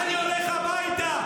אני הולך הביתה.